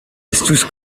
estus